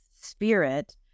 Spirit